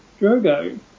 Drogo